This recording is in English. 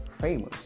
famous